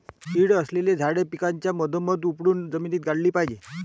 कीड असलेली झाडे पिकाच्या मधोमध उपटून जमिनीत गाडली पाहिजेत